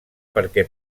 perquè